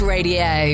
Radio